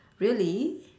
really